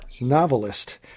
Novelist